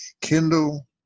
Kindle